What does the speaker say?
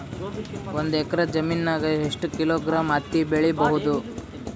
ಒಂದ್ ಎಕ್ಕರ ಜಮೀನಗ ಎಷ್ಟು ಕಿಲೋಗ್ರಾಂ ಹತ್ತಿ ಬೆಳಿ ಬಹುದು?